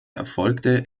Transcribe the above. erfolgte